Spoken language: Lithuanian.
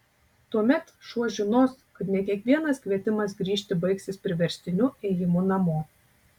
tuomet šuo žinos kad ne kiekvienas kvietimas grįžti baigsis priverstiniu ėjimu namo